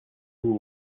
vous